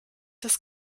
das